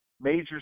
major